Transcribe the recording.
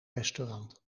restaurant